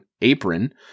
apron